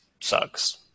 sucks